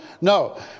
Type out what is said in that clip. No